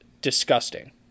disgusting